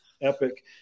epic